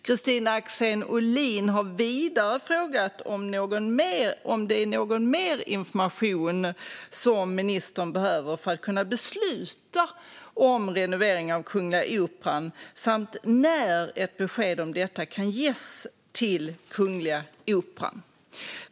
Kristina Axén Olin har vidare frågat om det är någon mer information som ministern behöver för att kunna besluta om en renovering av Kungliga Operan samt när ett besked om detta kan ges till Kungliga Operan.